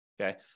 okay